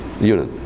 unit